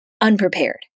unprepared